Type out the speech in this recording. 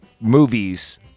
Movies